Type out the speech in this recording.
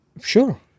Sure